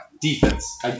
defense